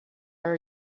are